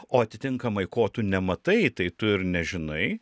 o atitinkamai ko tu nematai tai tu ir nežinai